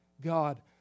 God